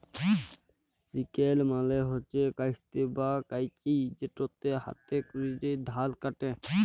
sickle মালে হছে কাস্তে বা কাঁইচি যেটতে হাতে ক্যরে ধাল ক্যাটে